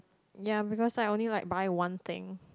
ya because I only like buy one thing